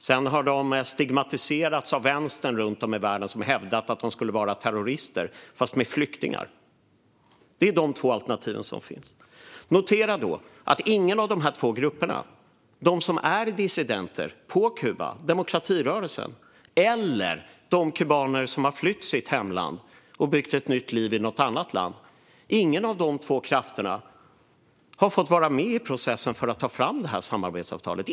Sedan har de stigmatiserats av vänstern runt om i världen, som har hävdat att de är terrorister fast de är flyktingar. Det är de två alternativen som finns. Notera då att ingen av de två grupperna, de som är dissidenter på Kuba, demokratirörelsen, eller de kubaner som har flytt sitt hemland och byggt ett nytt liv i något annat land, har fått vara med i processen för att ta fram samarbetsavtalet.